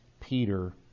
Peter